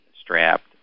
strapped